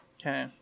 Okay